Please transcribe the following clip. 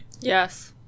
Yes